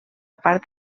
part